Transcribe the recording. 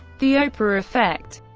the oprah effect